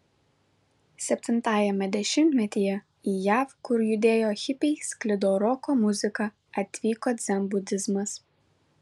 septintajame dešimtmetyje į jav kur judėjo hipiai sklido roko muzika atvyko dzenbudizmas